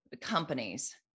companies